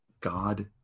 God